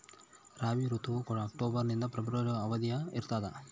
ರಾಬಿ ಋತುವು ಅಕ್ಟೋಬರ್ ನಿಂದ ಫೆಬ್ರವರಿ ಅವಧಿಯಾಗ ಇರ್ತದ